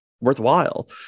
worthwhile